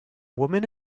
woman